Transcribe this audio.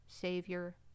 Savior